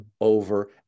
over